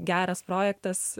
geras projektas